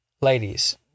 ladies